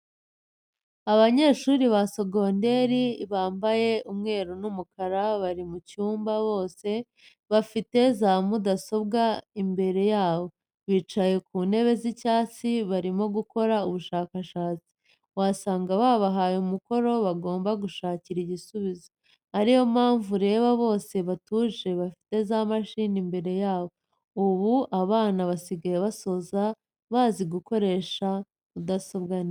Abanyeshuri ba segonderi bamabaye umweru n'umukara bari mu cyumba bose bafite za mudasobwa imbere yabo. Bicaye ku ntebe z'icyatsi, barimo gukora ubushakashatsi, wasanga babahaye umukoro bagomba gushakira igisubizo, ariyo mpamvu ureba bose batuje bafite za mashini imbere yabo. Ubu abana basigaye basoza bazi gukoresha mudasobwa neza.